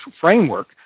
framework